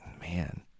man